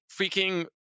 freaking